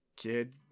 Kid